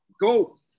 Go